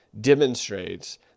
demonstrates